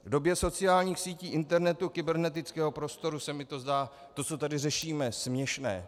V době sociálních sítí, internetu, kybernetického prostoru se mi zdá to, co tady řešíme, směšné.